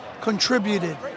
contributed